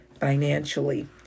financially